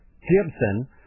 Gibson